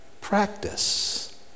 practice